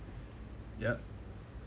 ya